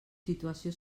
situació